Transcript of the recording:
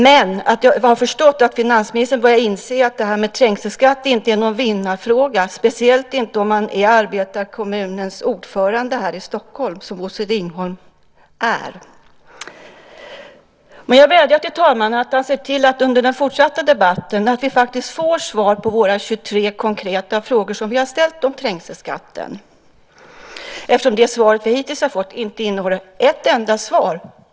Men jag har förstått att finansministern har börjat inse att trängselskatt inte är någon vinnarfråga, speciellt inte om man är arbetarkommunens ordförande i Stockholm, som Bosse Ringholm är. Jag vädjar till talmannen att han ska se till att vi under den fortsatta debatten faktiskt får svar på de 23 konkreta frågor vi har ställt om trängselskatter. Det vi hittills har fått höra har inte innehållit ett enda svar.